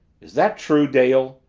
is that true, dale?